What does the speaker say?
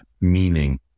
Meaning